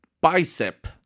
Bicep